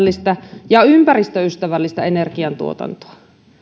kaikkea ilmastoystävällistä ja ympäristöystävällistä energiantuotantoa